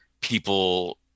people